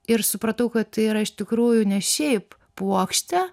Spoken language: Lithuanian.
ir supratau kad tai yra iš tikrųjų ne šiaip puokštė